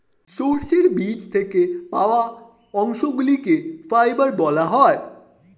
সর্ষের বীজ থেকে পাওয়া অংশগুলিকে ফাইবার বলা হয়